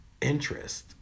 interest